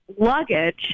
luggage